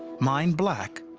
mine black,